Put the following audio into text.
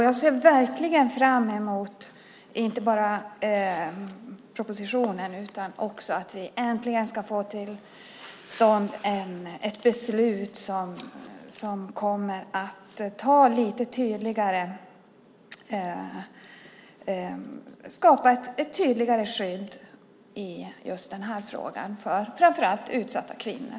Jag ser verkligen fram emot propositionen och att vi äntligen ska få till stånd ett beslut som kommer att skapa ett tydligare skydd i frågan för framför allt utsatta kvinnor.